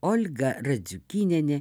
olga radziukynienė